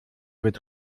wird